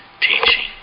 teaching